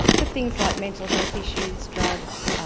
for things like mental health issues, drugs,